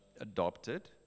adopted